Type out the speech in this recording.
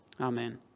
amen